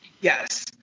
Yes